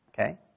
Okay